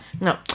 No